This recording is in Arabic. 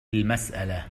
المسألة